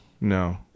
no